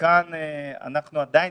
כאן אנחנו עדיין